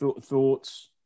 thoughts